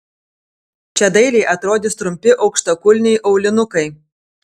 čia dailiai atrodys trumpi aukštakulniai aulinukai